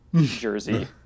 jersey